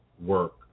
work